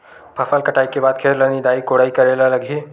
फसल कटाई के बाद खेत ल निंदाई कोडाई करेला लगही?